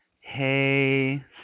Hey